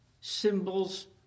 symbols